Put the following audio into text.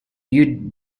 you